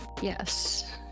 Yes